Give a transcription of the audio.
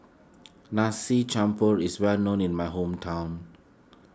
Nasi Campur is well known in my hometown